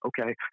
okay